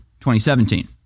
2017